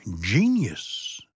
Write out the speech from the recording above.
genius